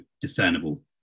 discernible